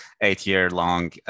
eight-year-long